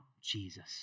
Jesus